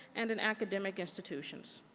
and in academic institutions.